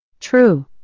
True